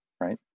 right